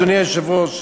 אדוני היושב-ראש,